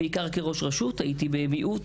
ובעיקר כראש רשות כשהייתי במיעוט